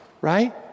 right